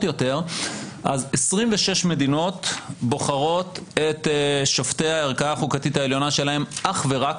יותר אז 26 מדינות בוחרות את שופטי הערכאה החוקתית העליונה שלהן אך ורק